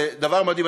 זה דבר מדהים,